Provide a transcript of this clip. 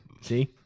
See